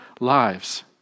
lives